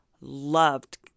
loved